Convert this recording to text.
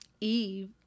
Eve